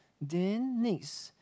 then next